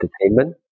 entertainment